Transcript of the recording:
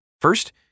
First